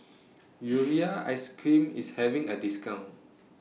Urea Ice Cream IS having A discount